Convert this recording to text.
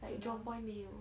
like jurong point 没有